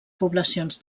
poblacions